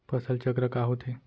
फसल चक्र का होथे?